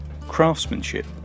craftsmanship